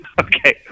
Okay